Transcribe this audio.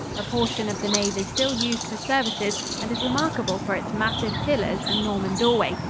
a portion of the nave is still used for services and is remarkable for its massive pillars and norman doorway,